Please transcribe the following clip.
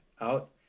out